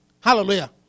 Hallelujah